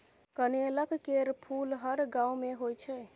कनेलक केर फुल हर गांव मे होइ छै